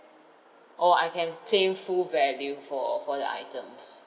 or I can claim full value for for the items